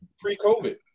pre-COVID